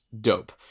dope